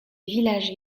village